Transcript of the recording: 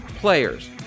players